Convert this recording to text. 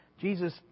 Jesus